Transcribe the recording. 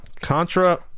contra